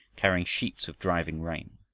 carrying sheets of driving rain.